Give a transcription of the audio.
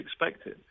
expected